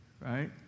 right